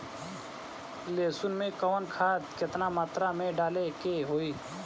लहसुन में कवन खाद केतना मात्रा में डाले के होई?